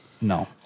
No